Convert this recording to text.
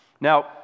Now